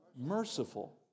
Merciful